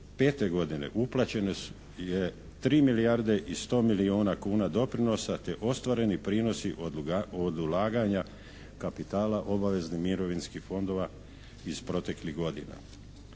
2005. godine uplaćeno je 3 milijarde i 100 milijuna kuna doprinosa te ostvareni prinosi od ulaganja kapitala obaveznih mirovinskih fondova iz proteklih godina.